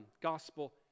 gospel